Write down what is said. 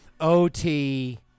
O-T